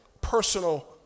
personal